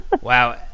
Wow